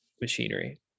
machinery